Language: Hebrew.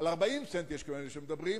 על 40 סנט יש כאלה שמדברים.